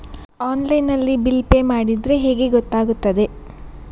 Online ನಲ್ಲಿ bill pay ಮಾಡಿದ್ರೆ ಹೇಗೆ ಗೊತ್ತಾಗುತ್ತದೆ?